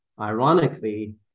ironically